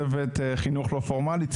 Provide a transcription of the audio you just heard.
צוות חינוך לא פורמאלי,